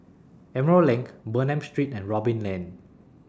Emerald LINK Bernam Street and Robin Lane